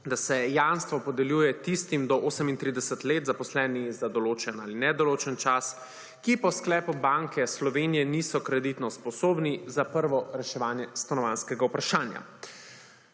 da se jamstvo podeljuje tistim do 38 let zaposleni za določen in nedoločen čas, ki po sklepu Banke Slovenije niso kreditno sposobni za prvo reševanje stanovanjskega vprašanja.